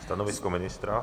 Stanovisko ministra?